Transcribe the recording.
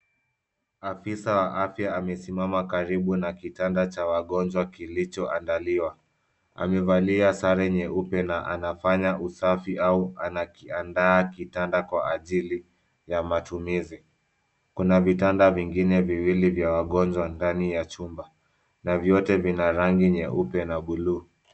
Afisa wa afya amesimama karibu na kitanda cha wagonjwa kilichoandaliwa. Amevalia sare nyeupe na anafanya usafi au anakiandaa kitanda kwa ajili ya matumizi. Kuna vitanda vingine viwili vya wagonjwa ndani ya chumba na vyote vina rangi nyeupe na buluu.